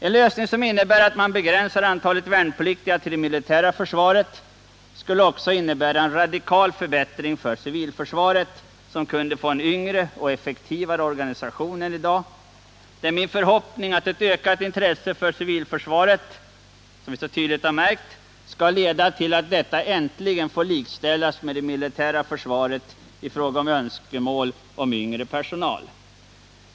En lösning som innebär att man begränsar antalet värnpliktiga till det militära försvaret skulle också medföra en radikal förbättring för civilförsva ret, som skulle kunna få en yngre och effektivare organisation än det har i dag. Det är min förhoppning att det ökade intresset för civilförsvaret som varit så märkbart skall leda till att detta äntligen får likställas med det militära försvaret i fråga om yngre personal.